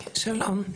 שלום,